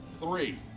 three